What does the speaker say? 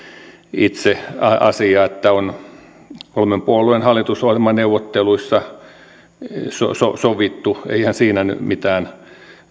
itse asia niin että on kolmen puolueen hallitusohjelmaneuvotteluissa sovittu eihän siinä nyt mitään